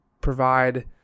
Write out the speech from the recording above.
provide